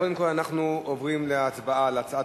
קודם כול אנחנו עוברים להצבעה על הצעת